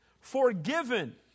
forgiven